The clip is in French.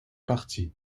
parties